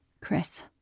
Chris